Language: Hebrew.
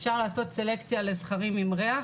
אפשר לעשות סלקציה לזכרים עם ריח,